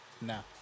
No